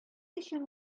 өчен